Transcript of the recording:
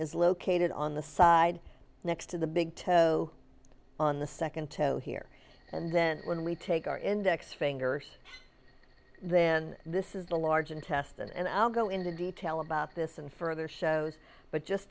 is located on the side next to the big toe on the second toe here and then when we take our index fingers then this is the large intestine and i'll go into detail about this and further shows but just